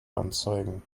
anzeigen